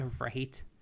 right